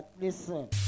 listen